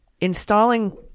installing